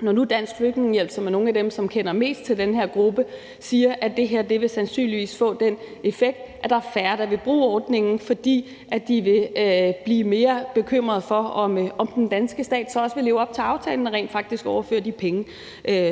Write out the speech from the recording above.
når nu Dansk Flygtningehjælp, som er nogle af dem, som kender mest til den her gruppe, siger, at det her sandsynligvis vil få den effekt, at der er færre, der vil bruge ordningen, fordi de vil blive mere bekymret for, om den danske stat også vil leve op til aftalen og rent faktisk overføre de penge,